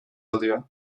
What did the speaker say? alıyor